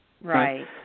Right